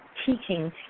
teaching